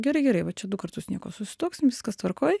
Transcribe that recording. gerai gerai va čia du kartus nieko susituoksim viskas tvarkoj